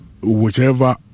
whichever